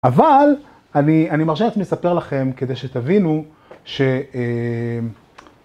אבל אני, אני מרשה לעצמי לספר לכם כדי שתבינו, ש...